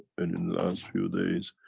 and in the last few days,